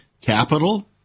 capital